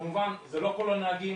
כמובן זה לא כל הנהגים,